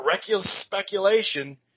speculation